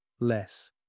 less